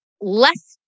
less